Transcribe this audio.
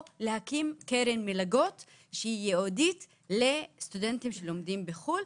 או להקים קרן מלגות ייעודית לסטודנטים שלומדים בחוץ לארץ,